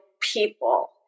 people